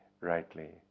rightly